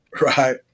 Right